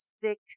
thick